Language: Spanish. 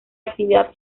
actividad